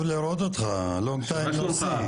טוב לראות אותך, הרבה זמן לא התראנו.